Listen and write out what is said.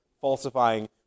falsifying